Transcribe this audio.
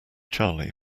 charlie